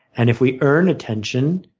and if we earn attention,